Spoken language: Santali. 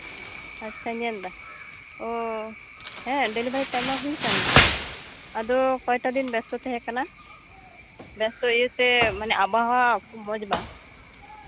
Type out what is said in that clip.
ᱟᱪᱪᱷᱟᱧ ᱧᱮᱞᱫᱟ ᱚᱸᱻ ᱰᱮᱞᱵᱷᱟᱨᱤ ᱴᱟᱭᱤᱢ ᱢᱟ ᱦᱩᱭ ᱠᱟᱱ ᱜᱮᱪᱚ ᱟᱫᱚ ᱠᱚᱭᱴᱟ ᱫᱤᱱ ᱵᱮᱥᱛᱚ ᱛᱟᱦᱮᱸ ᱠᱟᱱᱟ ᱵᱮᱥᱛᱚ ᱤᱭᱟᱹᱛᱮ ᱟᱵᱚᱣᱟᱦᱟ ᱢᱚᱡᱽ ᱵᱟᱝ